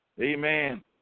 Amen